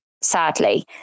sadly